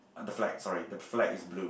ah the flag sorry the flag is blue